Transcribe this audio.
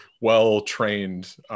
well-trained